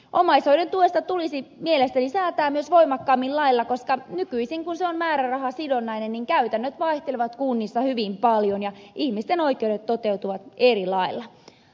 omaishoidon tuesta tulisi mielestäni säätää myös voimakkaammin lailla koska nykyisin kun se on määrärahasidonnainen niin käytännöt vaihtelevat kunnissa hyvin paljon ja ihmisten oikeudet toteutuvat eri lailla